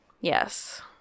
Yes